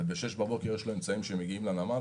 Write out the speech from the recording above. וב-6:00 בבוקר יש לו אמצעים שמגיעים לנמל,